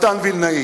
מתן וילנאי.